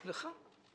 לך.